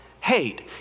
hate